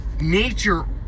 nature